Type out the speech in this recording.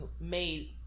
made